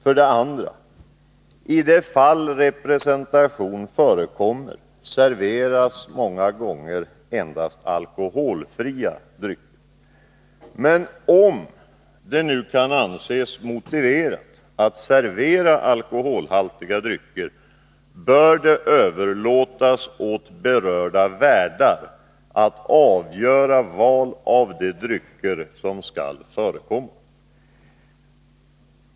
För det andra serveras, i de fall representation förekommer, många gånger endast alkoholfria drycker. Men om det nu kan anses motiverat att servera alkoholhaltiga drycker, bör det överlåtas åt berörda värdar att göra valet av de drycker som skall förekomma.